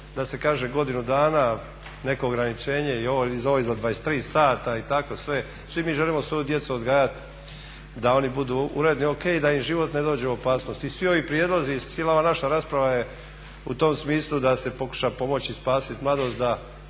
da se kaže godinu dana neko ograničenje ili ovo iza 23 sata i tako sve. Svi mi želimo svoju djecu odgajati da oni budu uredni i da im život ne dođe u opasnost. I svi ovi prijedlozi i cijela ova naša rasprava je u tom smislu da se pokuša pomoći spasiti mladost